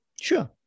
Sure